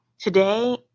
today